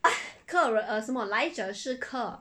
客人 eh 什么来者是客